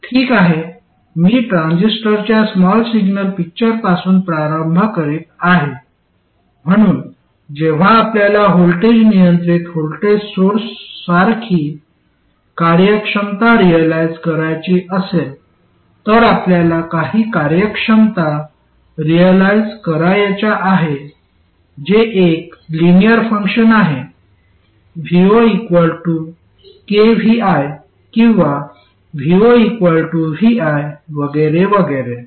ठीक आहे मी ट्रान्झिस्टरच्या स्मॉल सिग्नल पिक्चरपासून प्रारंभ करीत आहे म्हणून जेव्हा आपल्याला व्होल्टेज नियंत्रित व्होल्टेज सोर्स सारखी कार्यक्षमता रिअलाईझ करायची असेल तर आपल्याला काही कार्यक्षमता रिअलाईझ करायच्या आहे जे एक लिनिअर फंक्शन आहे vo kvi किंवा vo vi वगैरे वगैरे